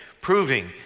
proving